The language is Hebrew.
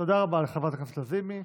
תודה רבה לחברת הכנסת לזימי.